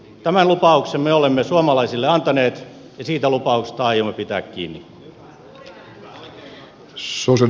tämän lupauksen me olemme suomalaisille antaneet ja siitä lupauksesta aiomme pitää kiinni